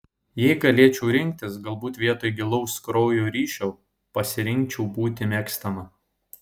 jei galėčiau rinktis galbūt vietoj gilaus kraujo ryšio pasirinkčiau būti mėgstama